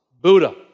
Buddha